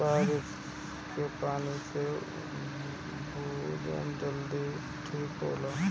बारिस के पानी से भूजल जल्दी ठीक होला